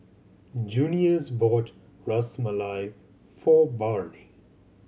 Junious bought Ras Malai for Barnie